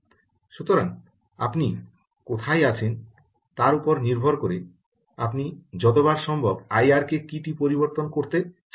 সুতরাং আপনি কোথায় আছেন তার উপর নির্ভর করে আপনি যতবার সম্ভব আইআরকে কী টি পরিবর্তন করতে চাইতে পারেন